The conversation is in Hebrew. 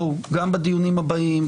גם בדיונים הבאים,